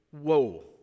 Whoa